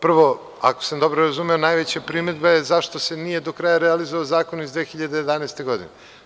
Prvo, ako sam dobro razumeo, najveća primedba je zašto se nije do kraja realizovao zakon iz 2011. godine.